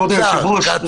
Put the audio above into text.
היושב-ראש,